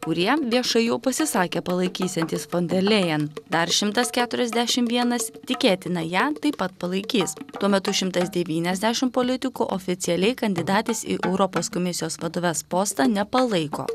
kurie viešai jau pasisakė palaikysiantys fon der lėjen dar šimtas keturiasdešim vienas tikėtina ją taip pat palaikys tuo metu šimtas devyniasdešim politikų oficialiai kandidatės į europos komisijos vadoves postą nepalaiko